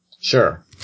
Sure